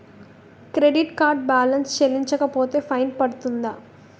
Credit card balance చెల్లించకపోతే fine పడ్తుంద?